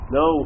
no